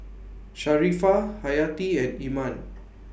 Sharifah Hayati and Iman